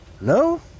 No